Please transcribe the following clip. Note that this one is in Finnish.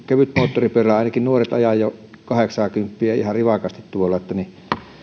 ainakin kevytmoottoripyörällä nuoret ajavat jo kahdeksaakymppiä ihan rivakasti tuolla eli